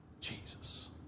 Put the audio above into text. Jesus